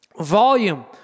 Volume